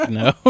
no